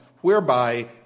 whereby